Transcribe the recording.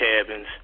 cabins